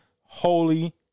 holy